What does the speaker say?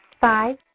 Five